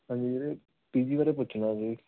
ਹਾਂਜੀ ਵੀਰੇ ਪੀਜੀ ਬਾਰੇ ਪੁੱਛਣਾ ਸੀ